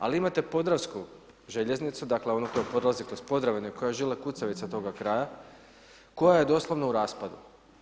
Ali, imate podravsku željeznicu, dakle, ona prolazi kroz Podravinu koja je žila kucavica toga kraja, koja je doslovno u raspadu.